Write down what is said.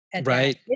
Right